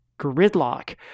Gridlock